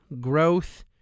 growth